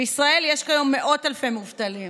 בישראל יש כיום מאות אלפי מובטלים.